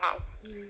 mm